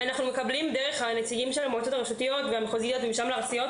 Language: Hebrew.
אנחנו מקבלים דרך נציגי המועצות הרשותיות והמחוזיות ומשם לארציות,